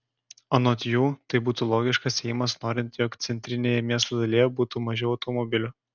anot jų tai būtų logiškas ėjimas norint jog centrinėje miesto dalyje būtų mažiau automobilių